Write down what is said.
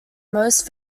most